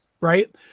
Right